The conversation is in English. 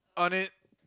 on it